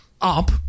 up